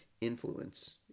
influence